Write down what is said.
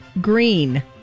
Green